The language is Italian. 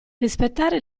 rispettare